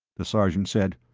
the sergeant said,